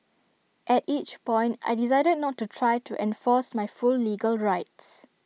at each point I decided not to try to enforce my full legal rights